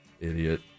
idiot